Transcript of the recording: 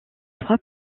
trois